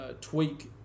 tweak